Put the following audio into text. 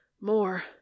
More